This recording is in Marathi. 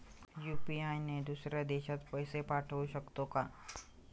यु.पी.आय ने दुसऱ्या देशात पैसे पाठवू शकतो का?